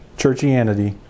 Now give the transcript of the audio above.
churchianity